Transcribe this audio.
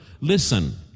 Listen